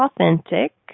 authentic